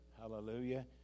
Hallelujah